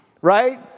Right